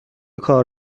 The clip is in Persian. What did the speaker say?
کار